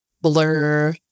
blur